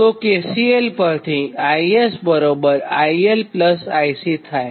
તો KCL પરથી ISILIC થાય